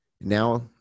Now